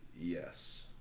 Yes